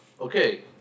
Okay